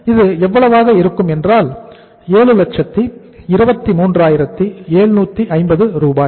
இது எவ்வளவாக இருக்கும் என்றால் 723750 ரூபாய்